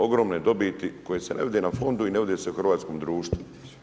Ogromne dobiti koje se ne vide na fondu i ne vide se u hrvatskom društvu.